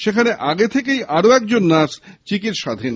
সেখানে আগে থেকেই আরও এক নার্স চিকিৎসাধীন